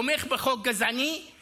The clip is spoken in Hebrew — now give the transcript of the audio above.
תומך בחוק גזעני,